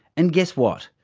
and guess what?